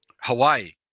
Hawaii